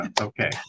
Okay